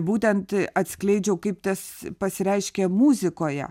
būtent atskleidžiau kaip tas pasireiškė muzikoje